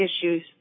issues